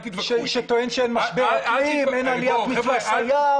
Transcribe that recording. שטוען שאין משבר אקלים, אין עליית מפלס הים.